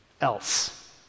else